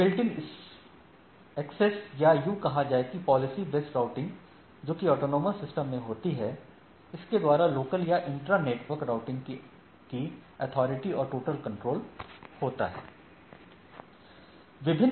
यह built in access या यूं कहा जाए कि एक पॉलिसी बेस्ट राउटिंग जोकि ऑटोनॉमस सिस्टम में होती है जिसके द्वारा लोकल या इंट्रा नेटवर्क राउटिंग कि अथॉरिटी और टोटल कंट्रोल होता है